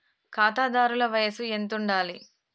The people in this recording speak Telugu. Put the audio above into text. ఖాతాదారుల వయసు ఎంతుండాలి?